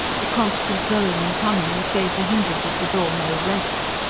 the constant going and coming that gave the hinges of the door no rest.